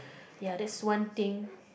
ya that's one thing